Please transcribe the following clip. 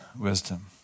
wisdom